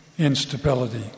instability